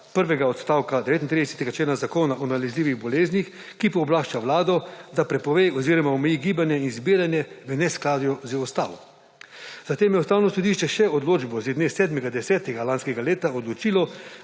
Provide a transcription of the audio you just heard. prvega odstavka 39. člena Zakona o nalezljivih boleznih, ki pooblašča Vlado, da prepove oziroma omeji gibanje in zbiranje, v neskladju z ustavo. Zatem je Ustavno sodišče z odločbo z dne 7. 10. lanskega leta odločilo,